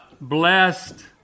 blessed